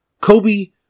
Kobe